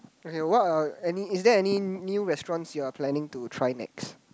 okay what are any is there any new restaurants you are planning to try next